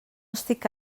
estic